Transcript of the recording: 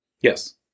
Yes